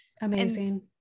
Amazing